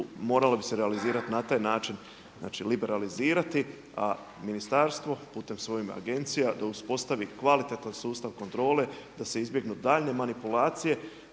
moralo bi se realizirati na taj način, znači liberalizirati a ministarstvo putem svojih agencija da uspostavi kvalitetan sustav kontrole da se izbjegnu daljnje manipulacije